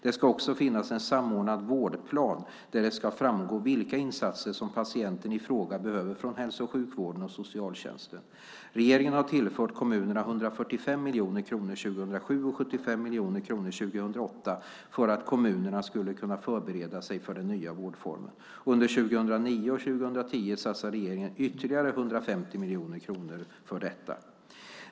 Det ska också finnas en samordnad vårdplan där det ska framgå vilka insatser patienten i fråga behöver från hälso och sjukvården och socialtjänsten. Regeringen har tillfört kommunerna 145 miljoner kronor 2007 och 75 miljoner kronor 2008 för att kommunerna skulle kunna förbereda sig för den nya vårdformen. Under 2009 och 2010 satsar regeringen ytterligare 150 miljoner kronor för detta.